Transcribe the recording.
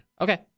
Okay